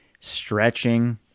stretching